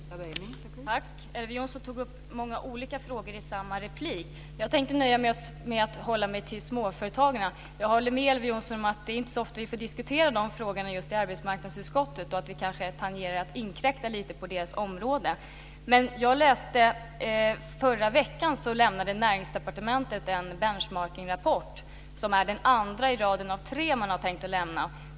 Fru talman! Elver Jonsson tog upp många olika frågor i samma replik. Jag tänkte nöja mig med att hålla mig till småföretagarna. Jag håller med Elver Jonsson om att det inte är så ofta vi diskuterar de frågorna i arbetsmarknadsutskottet och att vi kanske tangerar att lite inkräkta på deras område. Förra veckan lämnade Näringsdepartement en benchmarking-rapport som är den andra i raden av tre som man har tänkt att lämna.